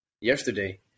yesterday